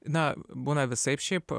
na būna visaip šiaip